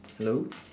hello